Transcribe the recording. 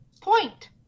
Point